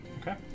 Okay